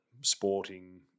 sporting